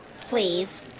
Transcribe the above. please